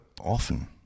often